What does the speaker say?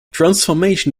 transformation